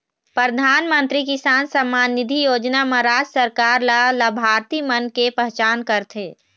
परधानमंतरी किसान सम्मान निधि योजना म राज सरकार ल लाभार्थी मन के पहचान करथे